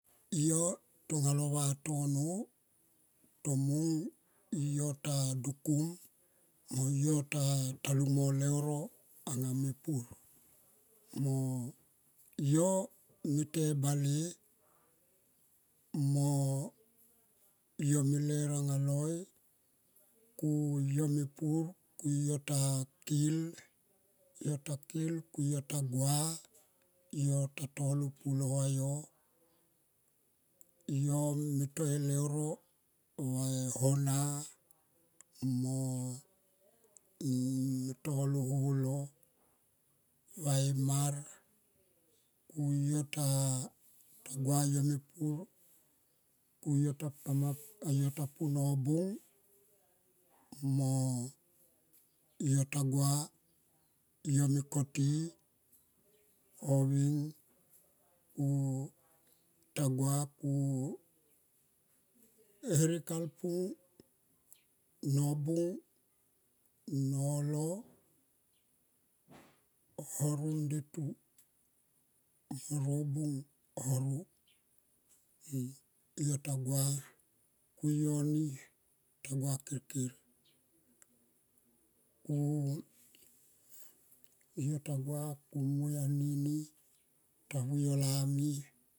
Yo tonga lo vatono tomung yo ta dukum mo yo ta lung mo leuro anga mepur mo yo mete e bale mo yo me ler anga loi ku yo me pur ku yo ta kil yo takil ku yo ta gua herek ta lolo pulua yo. Yo me lo e leuro va e hona mo ne tolo holo va e mar ku yo ta gua yo me pur ku ya ta pi nobung mo yo ta gua nekoti oveng ku ta gua ku enerek alpung nobung nolo horom nde tu. Robung horo yo ta gua ku yo ta gua kirkir yo ta gua kumui anini ta vui yo lami.